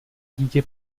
dítě